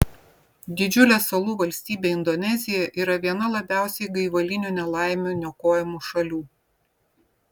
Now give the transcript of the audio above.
didžiulė salų valstybė indonezija yra viena labiausiai gaivalinių nelaimių niokojamų šalių